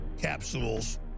capsules